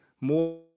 more